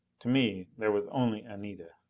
to me, there was only anita.